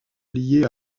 liées